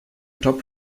top